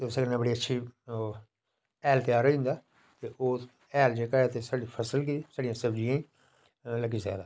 ते दुए गी समझाई सनाई बी सकदे ते पैहला पैहले ते